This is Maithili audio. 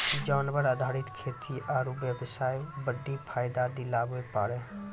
जानवर आधारित खेती आरू बेबसाय बड्डी फायदा दिलाबै पारै